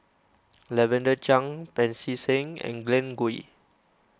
Lavender Chang Pancy Seng and Glen Goei